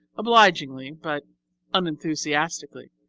obligingly but unenthusiastically,